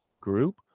group